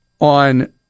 on